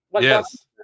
yes